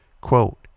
Quote